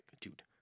dude